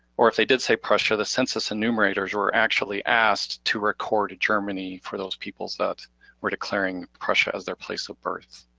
or if they did say prussia, the census enumerators were actually asked to record germany for those peoples that were declaring prussia as their place of birth.